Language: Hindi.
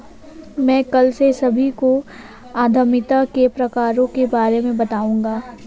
मैं कल से सभी को उद्यमिता के प्रकारों के बारे में बताऊँगा